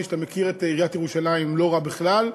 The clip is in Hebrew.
שאתה מכיר את עיריית ירושלים לא רע בכלל.